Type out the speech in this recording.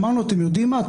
אמרנו: אתם יודעים מה,